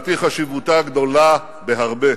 חשיבותה גדולה בהרבה.